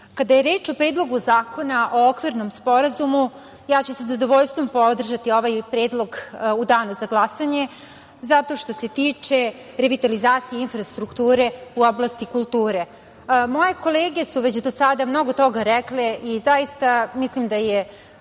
kada je reč o Predlogu zakona o okvirnom sporazumu, ja ću sa zadovoljstvom podržati ovaj predlog u danu za glasanje, zato što se tiče revitalizacije infrastrukture u oblasti kulture. Moje kolege su već do sada mnogo toga rekle i zaista mislim da je